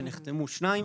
נחתמו שניים